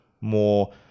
more